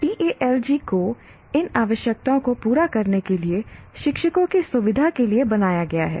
TALG को इन आवश्यकताओं को पूरा करने के लिए शिक्षकों की सुविधा के लिए बनाया गया है